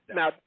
now